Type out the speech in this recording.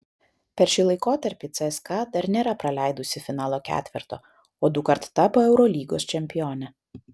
per šį laikotarpį cska dar nėra praleidusi finalo ketverto o dukart tapo eurolygos čempione